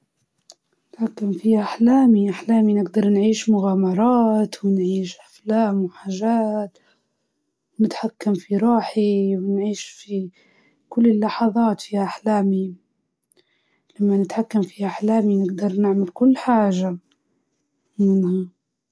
أكيد بنتحكم في أحلامي، تخيل كل ليلة نعيش حلم مثالي، نمشي لمكانات نبي نزورها بحر، جبال، حاجات ما تقدروش في الواقع يعني تمشي لها، أحلام الآخرين ليش نتدخل في حياتهم؟ خلي كل واحد يعيش بطريقته.